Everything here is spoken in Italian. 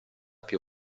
più